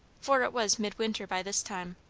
for it was mid-winter by this time,